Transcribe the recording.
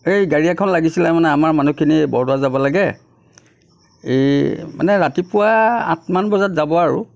এই গাড়ী এখন লাগিছিলে মানে আমাৰ মানুহখিনি এই বৰদোৱা যাব লাগে এই মানে ৰাতিপুৱা আঠমান বজাত যাব আৰু